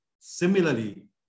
Similarly